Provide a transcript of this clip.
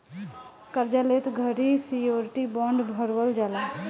कार्जा लेत घड़ी श्योरिटी बॉण्ड भरवल जाला